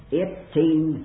eighteen